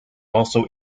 also